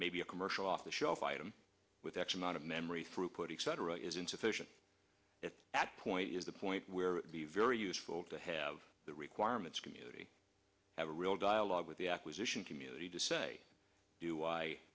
maybe a commercial off the shelf item with x amount of memory through putting cetera is insufficient at that point is the point where very useful to have the requirements community have a real dialogue with the acquisition community to say do